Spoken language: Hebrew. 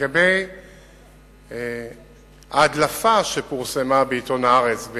לגבי ההדלפה שפורסמה בעיתון "הארץ" על